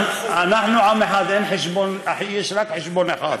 אנחנו עם אחד, אחי, יש רק חשבון אחד.